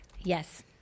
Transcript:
Yes